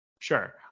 Sure